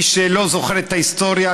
מי שלא זוכר את ההיסטוריה,